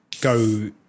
go